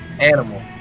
animal